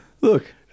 Look